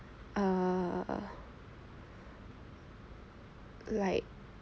err like